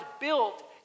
built